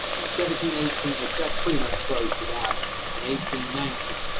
in seventeen eighteen, which that pretty much closed it out and eighteen nineteen.